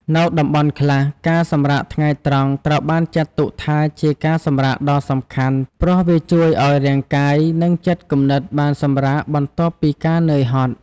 នៅតំបន់ខ្លះ ការសម្រាកថ្ងៃត្រង់ត្រូវបានចាត់ទុកថាជាការសម្រាកដ៏សំខាន់ ព្រោះវាជួយឱ្យរាងកាយ និងចិត្តគំនិតបានសម្រាកបន្ទាប់ពីការនឿយហត់។